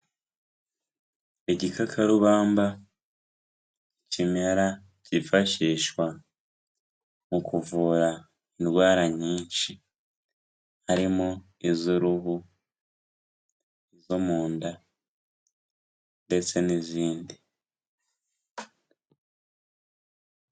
Igikakarubamba, ikimera cyifashishwa mu kuvura indwara nyinshi, harimo iz'uruhu, izo mu nda ndetse n'izindi.